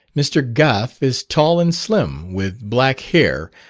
mr. gough is tall and slim, with black hair,